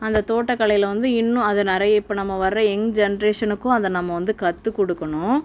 அந்த தோட்டக்கலையில் வந்து இன்னும் அது நிறைய இப்போ நம்ம வர யங் ஜெனரேஷனுக்கும் அதை நம்ம வந்து கற்றுக்குடுக்குணும்